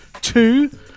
Two